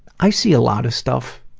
i see a lot of stuff,